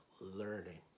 learning